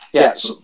Yes